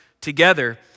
together